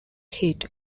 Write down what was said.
hit